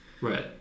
Right